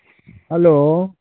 hello